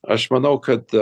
aš manau kad